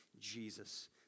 Jesus